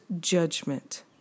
judgment